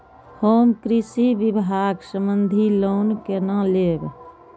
हम कृषि विभाग संबंधी लोन केना लैब?